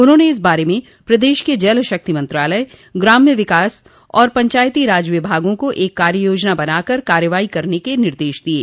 उन्होंने इस बारे में प्रदेश के जल शक्ति मंत्रालय ग्राम्य विकास और पंचायती राज विभागों को एक कार्ययोजना बनाकर कार्रवाई करने के निर्देश दिये